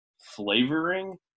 flavoring